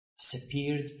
disappeared